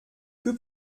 que